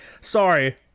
Sorry